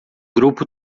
grupo